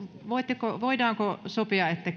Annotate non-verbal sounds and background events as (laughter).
voidaanko sopia että (unintelligible)